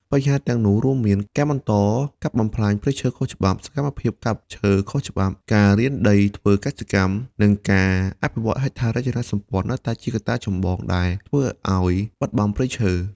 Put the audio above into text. បញ្ហាទាំងនោះរួមមាន ការបន្តកាប់បំផ្លាញព្រៃឈើខុសច្បាប់ សកម្មភាពកាប់ឈើខុសច្បាប់ ការរានដីធ្វើកសិកម្ម និងការអភិវឌ្ឍហេដ្ឋារចនាសម្ព័ន្ធនៅតែជាកត្តាចម្បងដែលធ្វើឱ្យបាត់បង់ព្រៃឈើ។